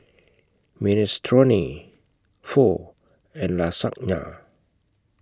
Minestrone Pho and Lasagna